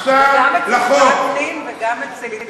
וגם אצל וקנין וגם ואצל איציק כהן.